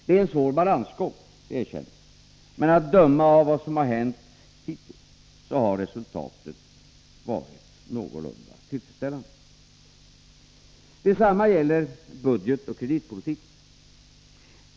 Det är en svår balansgång — det erkänns — men att döma av vad som har hänt hittills har resultatet varit någorlunda tillfredsställande. Detsamma gäller budgetoch kreditpolitiken.